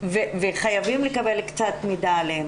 וחייבים לקבל קצת מידע עליהם,